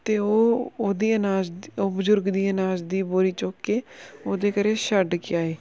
ਅਤੇ ਉਹ ਉਹਦੀ ਅਨਾਜ ਦੀ ਉਹ ਬਜ਼ੁਰਗ ਦੀ ਅਨਾਜ ਦੀ ਬੋਰੀ ਚੁੱਕ ਕੇ ਉਹਦੇ ਘਰ ਛੱਡ ਕੇ ਆਏ